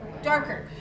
Darker